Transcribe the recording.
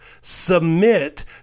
submit